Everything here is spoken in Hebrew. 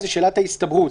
שאלת ההסתברות.